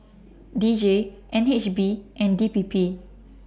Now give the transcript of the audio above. D J N H B and D P P